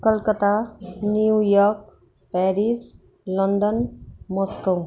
Calcutta New York Paris London Moscow